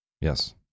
yes